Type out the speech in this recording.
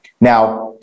Now